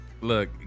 Look